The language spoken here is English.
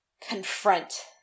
confront